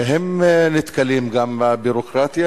הם נתקלים גם בביורוקרטיה,